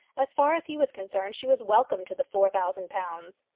as far as he was concerned, she was welcome to the four thousand pounds.